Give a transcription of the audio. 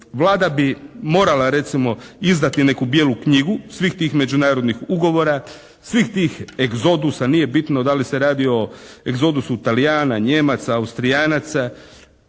Vlada bi morala recimo izdati neku «bijelu knjigu» svih tih međunarodnih ugovora, svih tih egzodusa. Nije bitno da li se radi o egzodusu Talijana, Nijemaca, Austrijanaca.